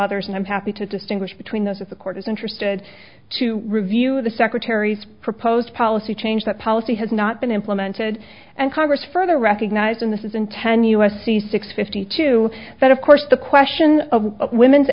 others and i'm happy to distinguish between those of the court is interested to review the secretary's proposed policy change that policy has not been implemented and congress further recognize and this is in ten u s c six fifty two that of course the question of women's